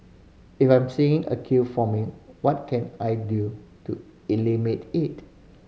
if I'm seeing a queue forming what can I do to eliminate it